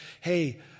Hey